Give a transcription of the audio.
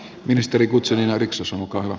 ministeri guzenina riksussa mukana